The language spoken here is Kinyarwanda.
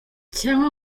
cyangwa